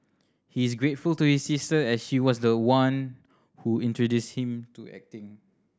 he is grateful to his sister as she was the one who introduced him to acting